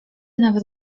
nawet